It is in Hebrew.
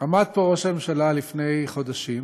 עמד פה ראש הממשלה לפני חודשים